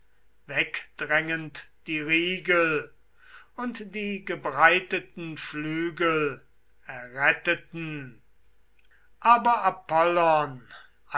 wegdrängend die riegel und die gebreiteten flügel erretteten aber